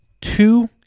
two